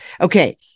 Okay